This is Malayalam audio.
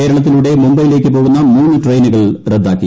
കേരള ത്തിലൂടെ മുംബൈയിലേക്ക് പോകുന്ന മൂന്ന് ട്രെയിനുകൾ റദ്ദാക്കി